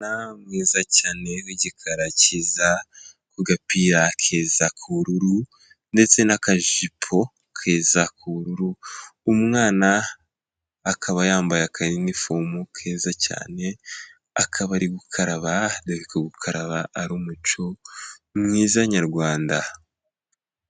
Umwana mwiza cyane w'igikara cyiza, ku gapira keza k'ubururu ndetse n'akajipo keza k'ubururu, umwana akaba yambaye akanifomu keza cyane, akaba ari gukaraba, dore ko gukaraba ari umuco mwiza Nyarwanda.